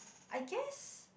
I guess